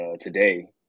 today